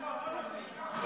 לפיד.